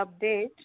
update